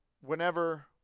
whenever